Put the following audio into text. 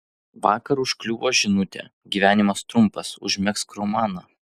vakar užkliuvo žinutė gyvenimas trumpas užmegzk romaną